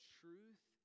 truth